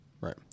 Right